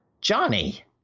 Johnny